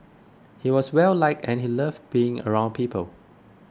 he was well liked and he loved being around people